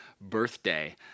birthday